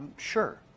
sure,